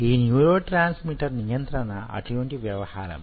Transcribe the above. ఈ న్యూరోట్రాన్స్మిటర్ నియంత్రణ అటువంటి వ్యవహారమే